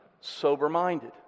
sober-minded